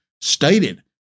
stated